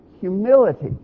humility